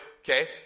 Okay